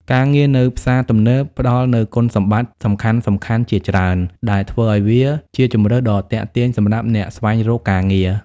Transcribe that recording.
ការងារនៅផ្សារទំនើបផ្ដល់នូវគុណសម្បត្តិសំខាន់ៗជាច្រើន ដែលធ្វើឲ្យវាជាជម្រើសដ៏ទាក់ទាញសម្រាប់អ្នកស្វែងរកការងារ។